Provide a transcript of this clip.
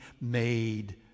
made